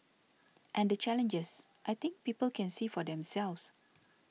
and the challenges I think people can see for themselves